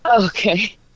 Okay